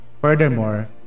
Furthermore